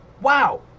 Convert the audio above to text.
wow